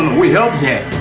we helped her.